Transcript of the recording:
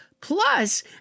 Plus